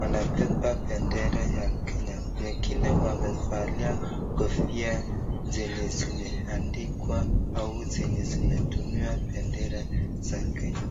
wanabeba bendera ya Kenya. Wengine wamevalia kofia zenye zimeandikwa au zenye zimetumiwa bendera za Kenya.